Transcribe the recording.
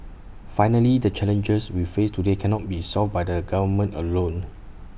finally the challenges we face today cannot be solved by the government alone